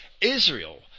Israel